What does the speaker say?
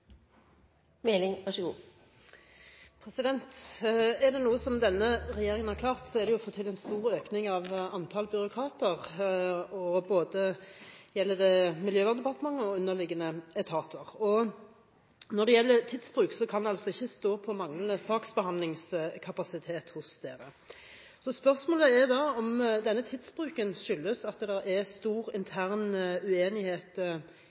Er det noe denne regjeringen har klart, er det å få til en stor økning i antall byråkrater. Det gjelder både Miljøverndepartementet og underliggende etater. Når det gjelder tidsbruk, kan det altså ikke stå på manglende saksbehandlingskapasitet. Spørsmålet er om denne tidsbruken skyldes at det er stor intern uenighet